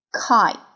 Kite